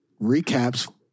recaps